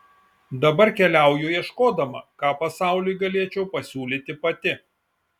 dabar keliauju ieškodama ką pasauliui galėčiau pasiūlyti pati